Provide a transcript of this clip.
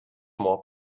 more